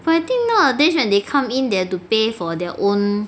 I think nowadays when they come in they have to pay for their own